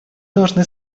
должны